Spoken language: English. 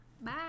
Bye